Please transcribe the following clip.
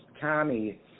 Tommy